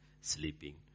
sleeping